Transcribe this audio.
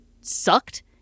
sucked